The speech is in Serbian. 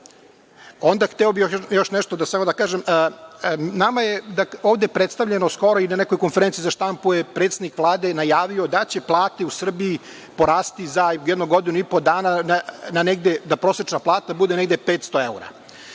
to? Hteo bih još nešto da kažem, nama je ovde predstavljeno skoro i na nekoj konferenciji za štampu je predsednik Vlade najavio da će plate u Srbiji porasti za jedno godinu i po dana, da prosečna plata bude negde 500 evra.